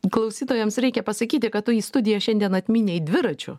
klausytojams reikia pasakyti kad tu į studiją šiandien atmynei dviračiu